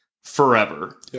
forever